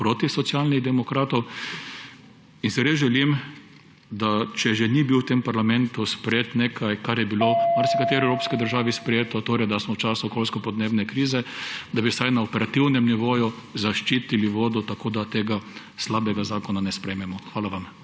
glasovali proti, in si res želim, da če že ni bilo v tem parlamentu sprejeto nekaj, kar je bilo v marsikateri evropski državi sprejeto; torej, da smo v času okoljsko-podnebne krize, da bi vsaj na operativnem nivoju zaščitili vodo. Tako da tega slabega zakona ne sprejmemo. Hvala vam.